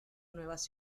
nuevas